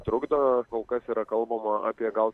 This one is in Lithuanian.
trukdo kol kas yra kalbama apie gal